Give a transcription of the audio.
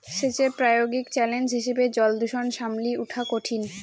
সেচের প্রায়োগিক চ্যালেঞ্জ হিসেবে জলদূষণ সামলি উঠা কঠিন